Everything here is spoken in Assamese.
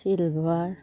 চিলভাৰ